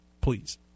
Please